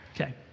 Okay